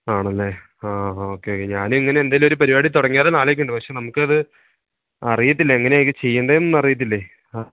ആണല്ലേ ആ okay okay ഞാനിങ്ങനെ എന്തെങ്കിലുമൊരു പരിപാടി തുടങ്ങിയാലോയെന്ന് ആലോചിക്കുന്നുണ്ട് പക്ഷേ നമുക്കതറിയില്ല എങ്ങനെയൊക്കെയാണ് ചെയ്യേണ്ടതെന്ന് അറിയില്ലേ ആ